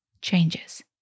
changes